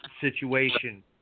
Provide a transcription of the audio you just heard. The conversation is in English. situation